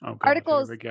Articles